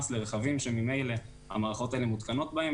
לרכבים שממילא המערכות האלה מותקנות בהם